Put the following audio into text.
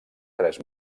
tres